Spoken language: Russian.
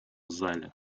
зале